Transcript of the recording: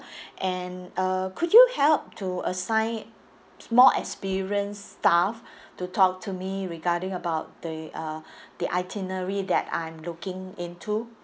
and uh could you help to assign more experienced staff to talk to me regarding about the uh the itinerary that I'm looking into